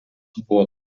buvo